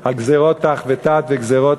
על גזירות ת"ח ות"ט וגזירות